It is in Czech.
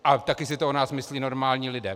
A taky si to o nás myslí normální lidé.